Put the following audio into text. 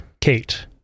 Kate